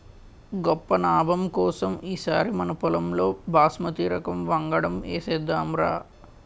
గొప్ప నాబం కోసం ఈ సారి మనపొలంలో బాస్మతి రకం వంగడం ఏసేద్దాంరా